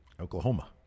Oklahoma